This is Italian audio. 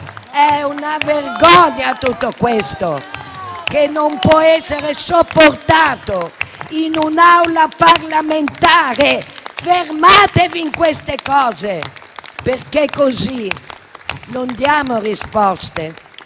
È una vergogna tutto questo e non può essere sopportato in un'Aula parlamentare. Fermatevi in queste cose, perché così non diamo risposte